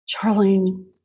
Charlene